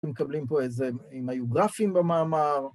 ‫מקבלים פה איזה, אם היו גרפיים במאמר.